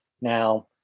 now